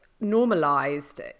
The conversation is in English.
normalized